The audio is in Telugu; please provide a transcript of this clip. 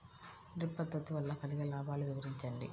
డ్రిప్ పద్దతి వల్ల కలిగే లాభాలు వివరించండి?